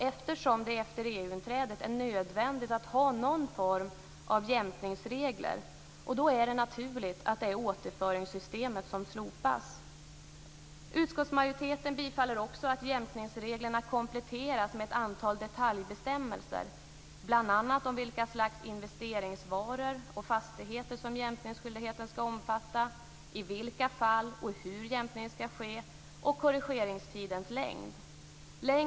Eftersom det efter EU-inträdet är nödvändigt att ha någon form av jämkningsregler är det naturligt att det är återföringssystemet som slopas. Utskottsmajoriteten tillstyrker också att jämkningsreglerna kompletteras med ett antal detaljbestämmelser bl.a. om vilka slags investeringsvaror och fastigheter som jämkningsskyldigheten ska omfatta, i vilka fall och hur jämkning ska ske samt korrigeringstidens längd.